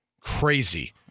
crazy